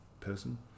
person